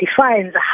defines